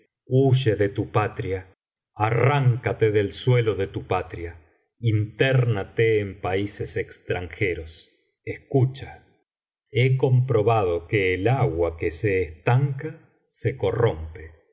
huye de tu patria arráncate del suelo de tu patria intérnate en países extranjeros escucha he comprobado que el agua que se estanca se corrompe